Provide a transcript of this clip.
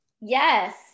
Yes